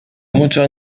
muchos